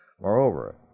Moreover